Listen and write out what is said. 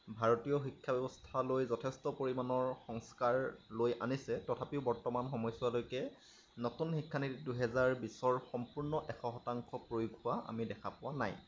ভাৰতীয় শিক্ষা ব্যৱস্থালৈ যথেষ্ট পৰিমাণৰ সংস্কাৰ লৈ আনিছে তথাপিও বৰ্তমান সময় চোৱালৈকে নতুন শিক্ষানীতি দুইহাজাৰ বিশৰ সম্পূৰ্ণ এশ শতাংশ প্ৰয়োগ হোৱা আমি দেখা পোৱা নাই